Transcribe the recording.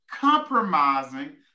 compromising